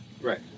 Right